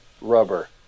Rubber